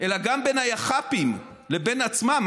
אלא גם בין היח"פים לבין עצמם,